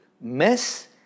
mess